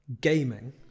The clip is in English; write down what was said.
Gaming